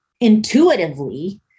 intuitively